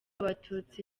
abatutsi